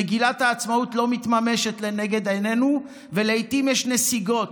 מגילת העצמאות לא מתממשת לנגד עינינו ולעיתים יש נסיגות.